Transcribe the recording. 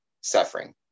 suffering